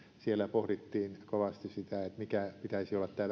siellä pohdittiin kovasti sitä mikä pitäisi olla tämä